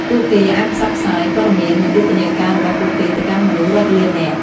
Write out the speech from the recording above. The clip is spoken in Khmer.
ពួកគេអាចផ្សព្វផ្សាយព័ត៌មាននិងយុទ្ធនាការរបស់ពួកគេទៅកាន់មនុស្សរាប់លាននាក់។